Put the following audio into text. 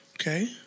Okay